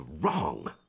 Wrong